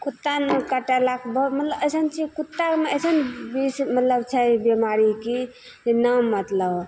कुत्ता ने काटलासे बहुत मतलब अइसन कुतामे अइसन बिख मतलब छै बेमारी कि जे नाम मतलब